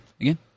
Again